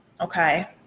Okay